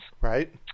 Right